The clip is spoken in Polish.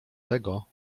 tego